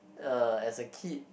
uh as a kid